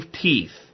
teeth